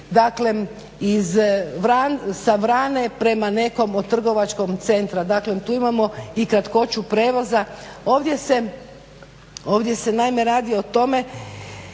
prevesti sa Vrane prema nekom od trgovačkog centra, dakle tu imamo i kratkoću prijevoza. Ovdje se naime radi o tome